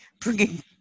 bringing